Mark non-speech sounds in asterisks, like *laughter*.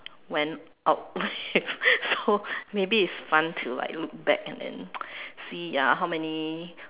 went out *laughs* so maybe it's fun to like look back and then see uh how many